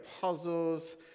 puzzles